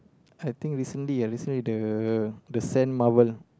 I think recently ah recently the the sand marble